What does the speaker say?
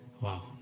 Wow